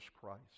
Christ